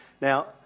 Now